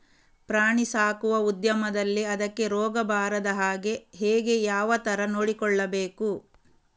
ಪ್ರಾಣಿ ಸಾಕುವ ಉದ್ಯಮದಲ್ಲಿ ಅದಕ್ಕೆ ರೋಗ ಬಾರದ ಹಾಗೆ ಹೇಗೆ ಯಾವ ತರ ನೋಡಿಕೊಳ್ಳಬೇಕು?